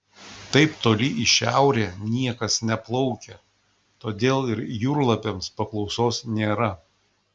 taip toli į šiaurę niekas neplaukia todėl ir jūrlapiams paklausos nėra